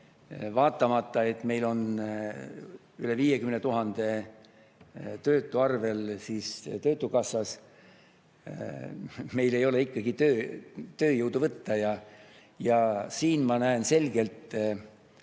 Vaatamata sellele, et meil on üle 50 000 töötu arvel töötukassas, meil ei ole ikkagi tööjõudu võtta. Ja siin ma näen selgelt, et